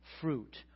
fruit